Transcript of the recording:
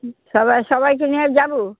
সবাই সবাইকে নিয়ে যাবো